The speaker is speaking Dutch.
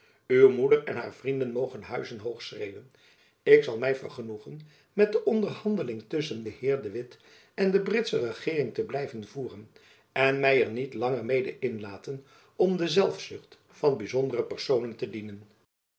uw moeder en haar vrienden mogen huizen hoog schreeuwen ik zal my vergenoegen met de onderhandeling tusschen den heer de witt en de britsche regeering te blijven voeren en my er niet langer mede inlaten om de zelfzucht van byzondere personen te dienen